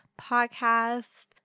podcast